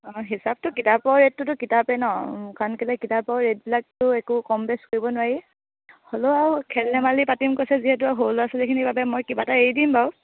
অঁ হিচাপতটো কিতাপৰ ৰেটটোতো কিতাপেই ন কাৰণ কেলৈ কিতাপৰ ৰেটবিলাকতো একো কম বেছ কৰিব নোৱাৰি হ'লেও আৰু খেল ধেমালি পাতিম কৈছে যিহেতু সৰু ল'ৰা ছোৱালীখিনিৰ বাবে মই কিবা এটা এৰি দিম বাৰু